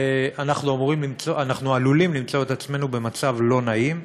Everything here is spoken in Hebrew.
אנחנו עלולים למצוא את עצמנו במצב לא נעים.